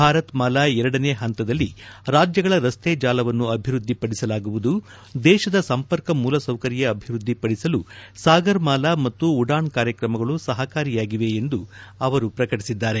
ಭಾರತ್ ಮಾಲಾ ಎರಡನೇ ಹಂತದಲ್ಲಿ ರಾಜ್ಯಗಳ ರಸ್ತೆ ಜಾಲವನ್ನು ಅಭಿವೃದ್ದಿಪದಿಸಲಾಗುವುದು ದೇಶದ ಸಂಪರ್ಕ ಮೂಲಸೌಕರ್ಯ ಅಭಿವೃದ್ದಿಪಡಿಸಲು ಸಾಗರ್ ಮಾಲಾ ಮತ್ತು ಉಡಾನ್ ಕಾರ್ಯಕ್ರಮಗಳು ಸಹಕಾರಿಯಾಗಿವೆ ಎಂದು ಪ್ರಕಟಿಸಿದ್ದಾರೆ